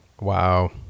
Wow